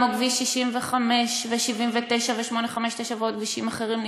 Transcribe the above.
כמו כביש 65 ו-79 ו-859 ועוד כבישים אחרים,